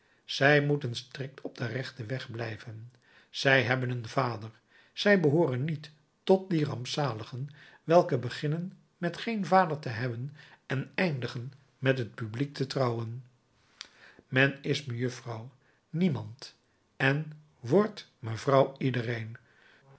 zij moeten strikt op den rechten weg blijven zij hebben een vader zij behooren niet tot die rampzaligen welke beginnen met geen vader te hebben en eindigen met het publiek te trouwen men is mejuffrouw niemand en wordt mevrouw iedereen